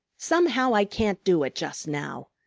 somehow, i can't do it just now.